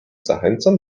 zachęcam